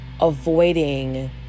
avoiding